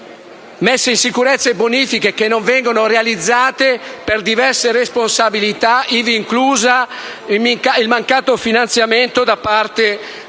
messa in sicurezza di questi siti, che non vengono realizzate per diverse responsabilità, ivi incluso il mancato finanziamento da parte del Governo.